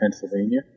Pennsylvania